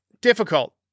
Difficult